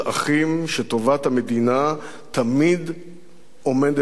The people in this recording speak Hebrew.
שטובת המדינה תמיד עומדת לנגד עיניהם.